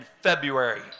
February